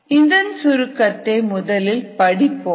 இதன் சுருக்கத்தை முதலில் படிப்போம்